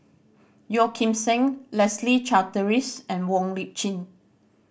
Yeo Kim Seng Leslie Charteris and Wong Lip Chin